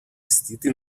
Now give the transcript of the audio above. vestito